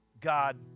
God